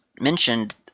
mentioned